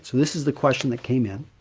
so this is the question that came in.